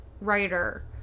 writer